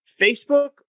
Facebook